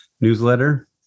newsletter